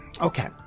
Okay